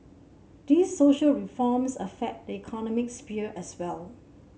these social reforms affect the economic sphere as well